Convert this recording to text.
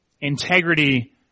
integrity